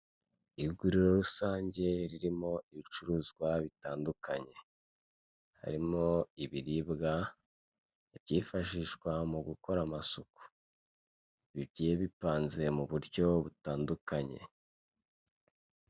Iguriro rusange ririmo ibicuruzwa bitandukanye, harimo ibiribwa byifashishwa mu gukora amasuku, bigiye bipanze mu buryo butandukanye.